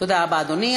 תודה רבה, אדוני.